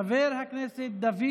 חבר הכנסת דוד